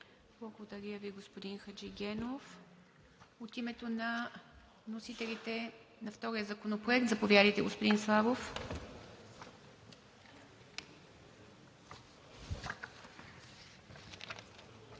Благодаря Ви, господин Хаджигенов. От името на вносителите на втория законопроект? Заповядайте, господин Славов. АТАНАС